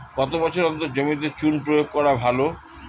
কত বছর অন্তর জমিতে চুন প্রয়োগ করা ভালো?